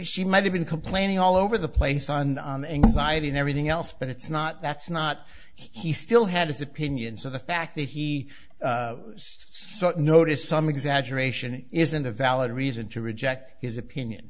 she might have been complaining all over the place on anxiety and everything else but it's not that's not he still had his opinion so the fact that he saw it notice some exaggeration isn't a valid reason to reject his opinion